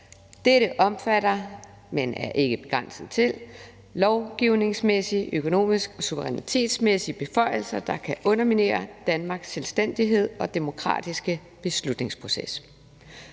Dette omfatter, men er ikke begrænset til lovgivningsmæssige, økonomiske og suverænitetsmæssige beføjelser, der kan underminere Danmarks selvstændighed og demokratiske beslutningsproces.